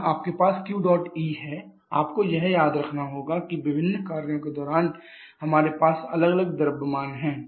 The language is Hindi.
यहां आपके पास क्यू डॉट ई है आपको यह याद रखना होगा कि विभिन्न कार्यों के दौरान हमारे पास अलग अलग द्रव्यमान हैं